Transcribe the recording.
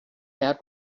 had